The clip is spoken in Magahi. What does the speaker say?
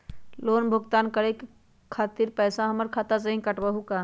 लोन भुगतान करे के खातिर पैसा हमर खाता में से ही काटबहु का?